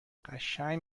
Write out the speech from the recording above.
قشنگ